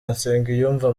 nsengiyumva